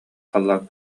халлаан